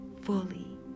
fully